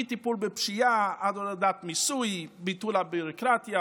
מטיפול בפשיעה עד הורדת מיסוי וביטול הביורוקרטיה,